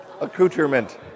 accoutrement